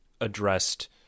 addressed